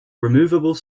removable